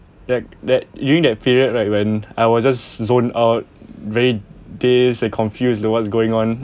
that that during that period right when I was just zone out very dazed and confused don't know what's going on